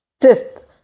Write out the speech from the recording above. Fifth